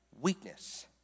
weakness